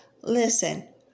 listen